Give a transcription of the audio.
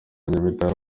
nyamitari